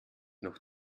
noch